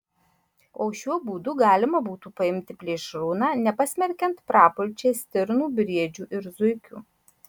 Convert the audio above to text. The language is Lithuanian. o šiuo būdu galima būtų paimti plėšrūną nepasmerkiant prapulčiai stirnų briedžių ir zuikių